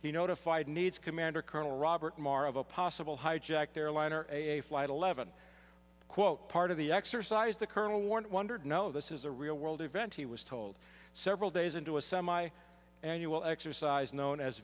he notified needs commander colonel robert marr of a possible hijacked airliner a flight eleven quote part of the exercise the colonel warned wondered no this is a real world event he was told several days into a semi annual exercise known as